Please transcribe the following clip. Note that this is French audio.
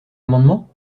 amendement